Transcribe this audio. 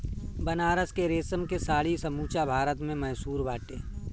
बनारस के रेशम के साड़ी समूचा भारत में मशहूर बाटे